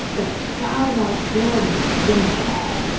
the star wars hero music in my head.